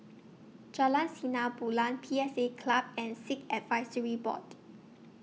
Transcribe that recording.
Jalan Sinar Bulan P S A Club and Sikh Advisory Board